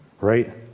Right